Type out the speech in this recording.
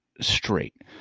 straight